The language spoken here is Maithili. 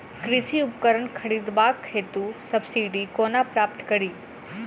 कृषि उपकरण खरीदबाक हेतु सब्सिडी कोना प्राप्त कड़ी?